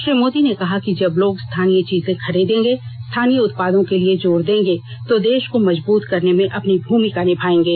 श्री मोदी ने कहा कि जब लोग स्थानीय चीजें खरीदेंगे स्थानीय उत्पादों के लिए जोर देंगे तो देश को मजबूत करने में अपनी भूमिका निभायेंगे